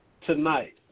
tonight